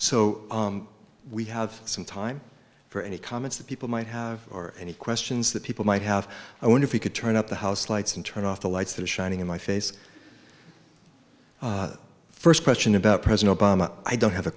so we have some time for any comments that people might have or any questions that people might have i wonder if we could turn up the house lights and turn off the lights the shining in my face first question about president obama i don't have a